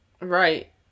Right